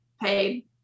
paid